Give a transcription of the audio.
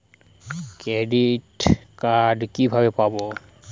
Credit card কিভাবে পাব?